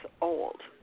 old